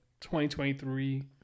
2023